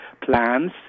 Plans